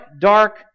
dark